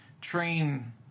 train